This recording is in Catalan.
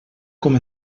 com